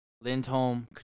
Lindholm